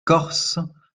corses